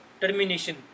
termination